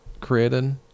created